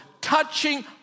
Touching